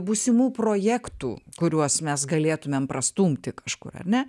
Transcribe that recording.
būsimų projektų kuriuos mes galėtumėm prastumti kažkur ar ne